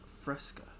Fresca